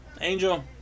Angel